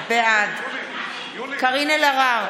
בעד קארין אלהרר,